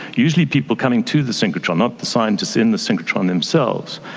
usually people coming to the synchrotron, not the scientists in the synchrotron themselves,